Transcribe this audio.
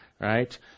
Right